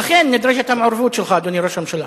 לכן נדרשת המעורבות שלך, אדוני ראש הממשלה.